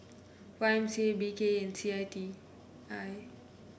Y M C A B K E and C I T I